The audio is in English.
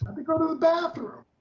um to go to the bathroom.